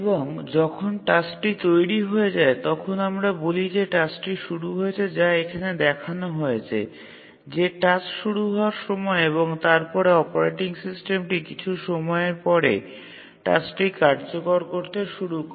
এবং যখন টাস্কটি তৈরি হয়ে যায় তখন আমরা বলি যে টাস্কটি শুরু হয়েছে যা এখানে দেখানো হয়েছে যে টাস্ক শুরু হওয়ার সময় এবং তারপরে অপারেটিং সিস্টেমটি কিছু সময়ের পরে টাস্কটি কার্যকর করতে শুরু করে